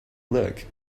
look